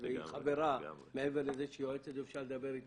והיא חברה מעבר לזה שהיא יועצת או יועץ,